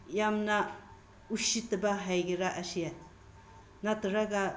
ꯌꯥꯝꯅ ꯎꯁꯤꯠꯇꯕ ꯍꯥꯏꯒꯦꯔꯥ ꯑꯁꯦ ꯅꯠꯇ꯭ꯔꯒ